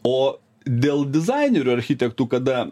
o dėl dizainerių architektų kada